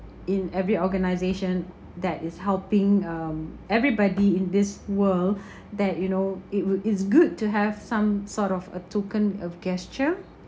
in every organisation that is helping um everybody in this world that you know it would it's good to have some sort of a token of gesture